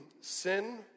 Sin